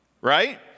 right